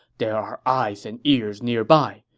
there are eyes and ears nearby.